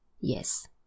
Yes